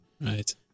right